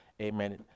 Amen